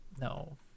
no